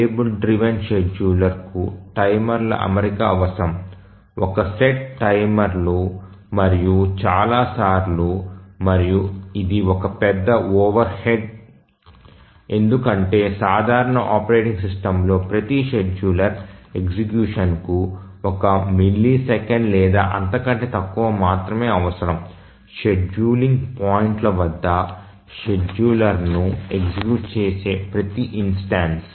table driven scheduler కు టైమర్ల అమరిక అవసరం ఒక సెట్ టైమర్లు మరియు చాలా సార్లు మరియు ఇది ఒక పెద్ద ఓవర్హెడ్ ఎందుకంటే సాధారణ ఆపరేటింగ్ సిస్టమ్లో ప్రతి షెడ్యూలర్ ఎగ్జిక్యూషన్ కు ఒక మిల్లీసెకన్ లేదా అంతకంటే తక్కువ మాత్రమే అవసరం షెడ్యూలింగ్ పాయింట్ల వద్ద షెడ్యూలర్ను ఎగ్జిక్యూట్ చేసే ప్రతి ఇన్స్టెన్సు